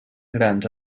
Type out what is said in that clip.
grans